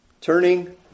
turning